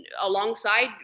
alongside